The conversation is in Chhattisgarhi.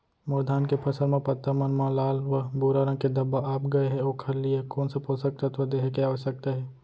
मोर धान के फसल म पत्ता मन म लाल व भूरा रंग के धब्बा आप गए हे ओखर लिए कोन स पोसक तत्व देहे के आवश्यकता हे?